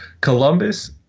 Columbus